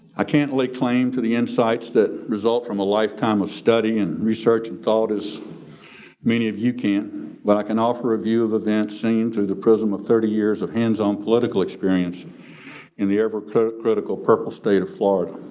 i can't lay claim to the insights that result from a lifetime of study and research and thought is many of you can't but i can offer a view of events seen through the prism of thirty years of hands-on political experience in the upper critical purple state of florida.